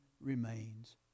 remains